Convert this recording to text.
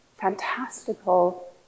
fantastical